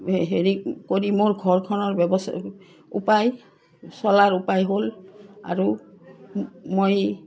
হেৰি কৰি মোৰ ঘৰখনৰ ব্যৱস্থা উপায় চলাৰ উপায় হ'ল আৰু মই